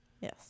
Yes